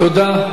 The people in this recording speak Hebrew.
תודה.